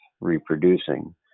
reproducing